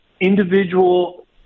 individual